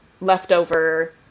leftover